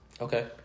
Okay